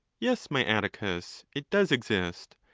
yes, my atticus, it does exist,